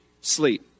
sleep